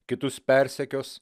kitus persekios